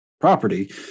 property